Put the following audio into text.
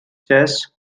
chess